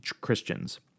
Christians